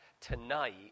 tonight